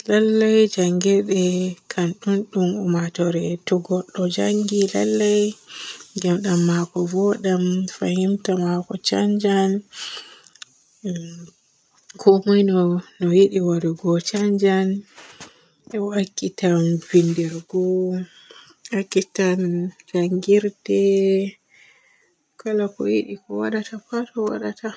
Lallay njanngirde kan ɗum ummatore yotto godɗo njanngi lallay gemdam maako voodan, fahimta maako caanjan, umm komoy no yiɗi waadugo caanjan. Be wakkitan virdirgo. Ekkitan njanngirde. Kala ko yiɗi ko waadata pat o waadata.